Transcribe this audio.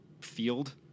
field